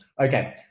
Okay